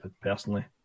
personally